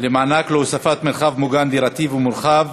למענק להוספת מרחב מוגן דירתי ומרחב